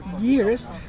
years